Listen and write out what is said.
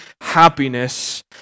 happiness